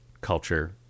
culture